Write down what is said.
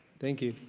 thank you.